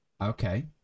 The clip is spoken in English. Okay